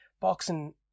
boxing